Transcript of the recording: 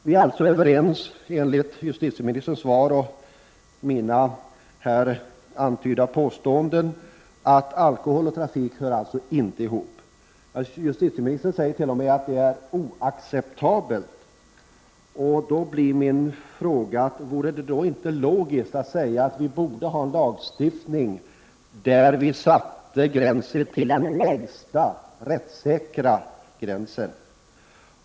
Vi är alltså överens — det framgår av justitieministerns svar och mina här antydda påståenden — om att alkohol och trafik inte hör ihop. Justitieministern säger t.o.m. att det är oacceptabelt. Då blir min fråga: Vore det då inte logiskt att säga att vi borde ha en lagstiftning där vi sätter gränsen vid den lägsta rättssäkra?